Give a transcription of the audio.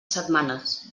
setmanes